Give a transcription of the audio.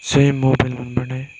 जे मबाइल मोनबानो